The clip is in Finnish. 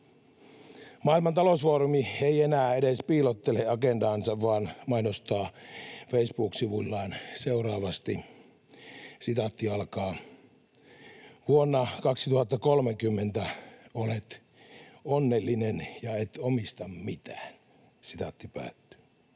Maailman talousfoorumi ei enää edes piilottele agendaansa vaan mainostaa Facebook-sivuillaan seuraavasti: ”Vuonna 2030 olet onnellinen ja et omista mitään.” Arvoisa